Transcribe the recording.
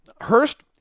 Hurst